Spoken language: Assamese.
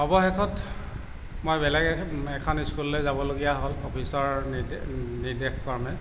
অৱশেষত মই বেলেগ এখন স্কুললৈ যাবলগীয়া হ'ল অফিচৰ নিৰ্দেশ নিৰ্দেশক্ৰমে